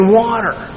water